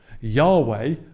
Yahweh